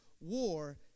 war